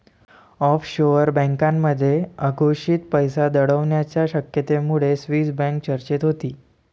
offshore बँकांमध्ये अघोषित पैसा दडवण्याच्या शक्यतेमुळे स्विस बँक चर्चेत होती